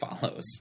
follows